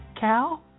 Cal